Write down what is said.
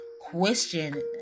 question